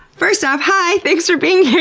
first off, hi! thanks for being